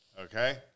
Okay